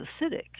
acidic